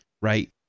right